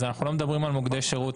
אנחנו לא מדברים על מוקדי שירות,